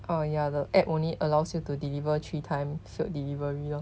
orh ya the app only allows you to deliver three time failed delivery lor